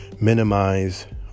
minimize